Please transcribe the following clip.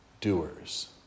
doers